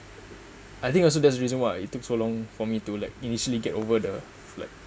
I think also that's the reason why it took so long for me to like initially get over the